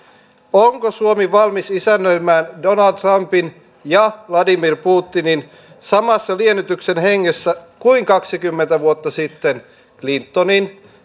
onko suomi valmis isännöimään donald trumpin ja vladimir putinin samassa liennytyksen hengessä kuin kaksikymmentä vuotta sitten clintonin